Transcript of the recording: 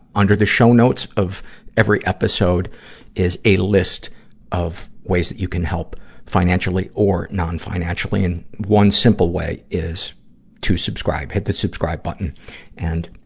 under the show notes of every episode is a list of ways you can help financially or non-financially, and one simple way is to subscribe. hit the subscribe button and,